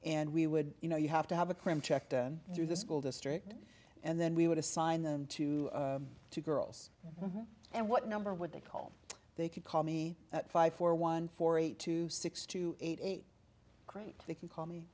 and we would you know you have to have a crimp checked through the school district and then we would assign them to two girls and what number would they call they could call me at five four one four eight two six two eight eight grade they can call me